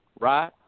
right